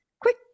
quick